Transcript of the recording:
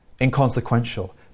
inconsequential